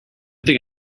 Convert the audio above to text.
thing